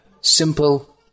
simple